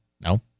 no